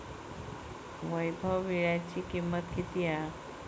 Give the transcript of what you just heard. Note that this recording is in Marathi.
वैभव वीळ्याची किंमत किती हा?